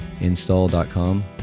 install.com